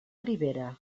ribera